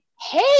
hey